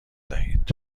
دهید